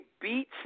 beat